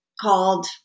called